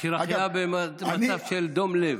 מכשיר החייאה במצב של דום לב.